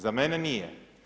Za mene nije.